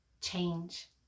change